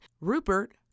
Rupert